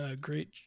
great